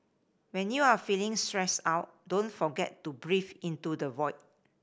when you are feeling stressed out don't forget to breathe into the void